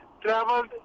traveled